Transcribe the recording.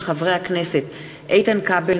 מאת חברי הכנסת איתן כבל,